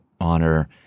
honor